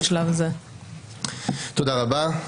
תודה רבה.